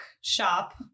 shop